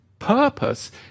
Purpose